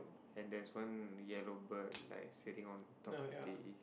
and there is one yellow bird like sitting on top of the